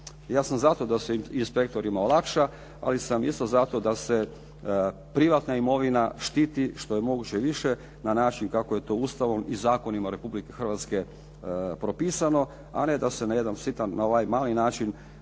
Ja sam zato da se inspektorima olakša, ali sam isto zato da se privatna imovina štiti što je više moguće više na način kako je to Ustavom i zakonima Republike Hrvatske propisano, a ne da se na ovaj mali način,